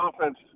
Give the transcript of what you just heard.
offense